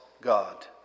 god